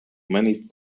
many